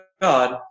God